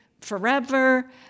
forever